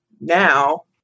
now